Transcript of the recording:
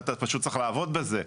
אתה פשוט צריך לעבוד בזה,